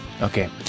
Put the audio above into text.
Okay